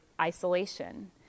isolation